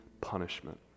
punishment